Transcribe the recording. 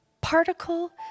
particle